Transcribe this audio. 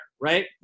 right